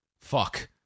fuck